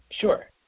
Sure